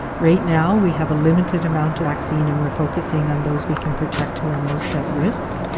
right now we have a limited amount of vaccine and we're focusing on those we can protect who are most at risk.